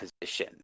position